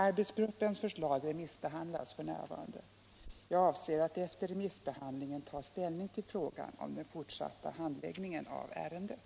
Arbetsgruppens förslag remissbehandlas f.n. Jag avser att efter remissbehandlingen ta ställning till frågan om den fortsatta handläggningen av ärendet.